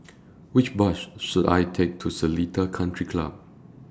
Which Bus should I Take to Seletar Country Club